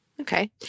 Okay